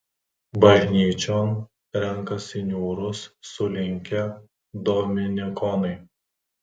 bažnyčion renkasi niūrūs sulinkę dominikonai